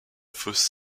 fosse